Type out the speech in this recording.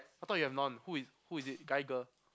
I thought you have none who is who is it guy girl